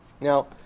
Now